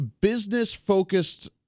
business-focused